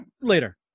later